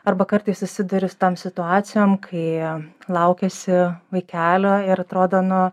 arba kartais susiduri su tom situacijom kai laukiesi vaikelio ir atrodo nu